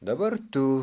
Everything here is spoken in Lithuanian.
dabar tu